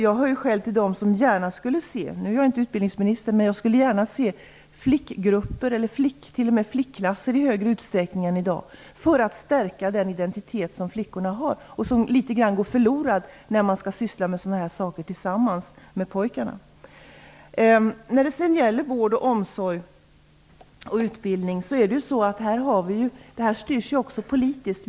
Jag hör själv till dem - nu är jag inte utbildningsminister, men ändå - som gärna skulle se flickgrupper eller t.o.m. flickklasser i större utsträckning än i dag för att man skall kunna stärka flickornas identitet. Den går litet grann förlorad när man skall syssla med sådana här saker tillsammans med pojkarna. Vård, omsorg och utbildning styrs ju också politiskt.